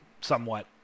somewhat